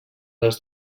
les